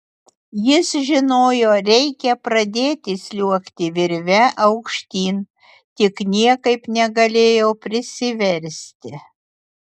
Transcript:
jis žinojo reikia pradėti sliuogti virve aukštyn tik niekaip negalėjo prisiversti